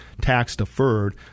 tax-deferred